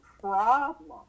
problem